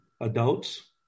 adults